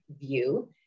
view